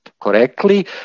correctly